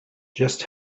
just